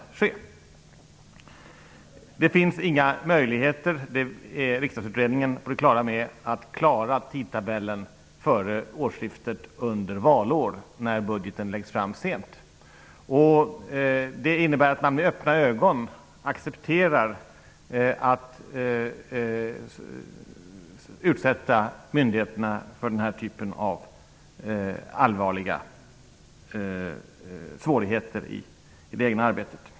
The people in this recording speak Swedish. Riksdagsutredningen är på det klara med att det inte finns några möjligheter att hålla tidtabellen före årsskiftet under valår, när budgeten läggs fram sent. Det innebär att man med öppna ögon accepterar att myndigheterna utsätts för den här typen av allvarliga svårigheter i det egna arbetet.